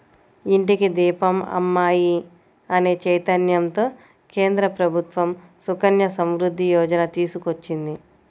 ఇంటికి దీపం అమ్మాయి అనే చైతన్యంతో కేంద్ర ప్రభుత్వం సుకన్య సమృద్ధి యోజన తీసుకొచ్చింది